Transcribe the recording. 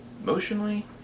emotionally